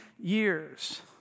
years